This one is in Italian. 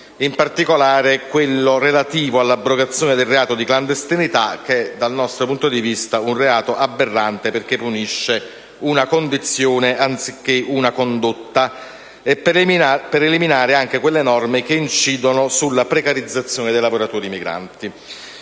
in particolare quello relativo all'abrogazione del reato di clandestinità, che dal nostro punto di vista è un reato aberrante perché punisce una condizione anziché una condotta, e per eliminare anche quelle norme che incidono sulla precarizzazione dei lavoratori migranti.